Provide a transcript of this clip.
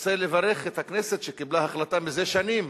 אני רוצה לברך את הכנסת, שקיבלה החלטה מזה שנים